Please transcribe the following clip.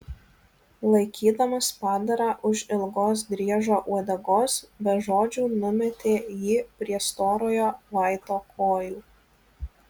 laikydamas padarą už ilgos driežo uodegos be žodžių numetė jį prie storojo vaito kojų